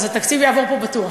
אז התקציב יעבור פה בטוח.